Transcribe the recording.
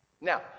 Now